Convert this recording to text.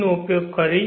નો ઉપયોગ કરીશ